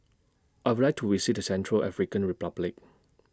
I Would like to visit Central African Republic